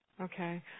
Okay